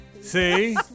See